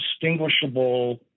distinguishable